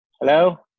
Hello